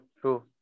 true